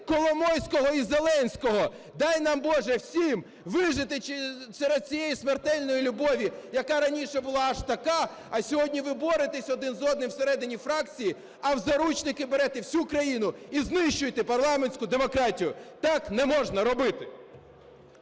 Коломойського і Зеленського: Дай нам, Боже, всім вижити серед цієї смертельної любові, яка раніше була аж така, а сьогодні ви боретеся один з одним всередині фракції, а в заручники берете всю країну і знищуєте парламентську демократію. Так не можна робити!